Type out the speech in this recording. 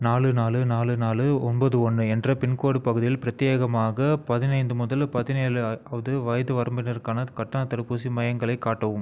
நாலு நாலு நாலு நாலு ஒன்பது ஒன்று என்ற பின்கோடு பகுதியில் பிரத்யேகமாக பதினைந்து முதல் பதினேழாவது வயது வரம்பினருக்கான கட்டணத் தடுப்பூசி மையங்களை காட்டவும்